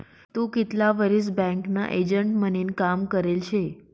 तू कितला वरीस बँकना एजंट म्हनीन काम करेल शे?